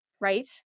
Right